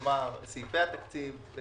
כלומר, סעיפי התקציב,